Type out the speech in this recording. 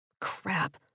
Crap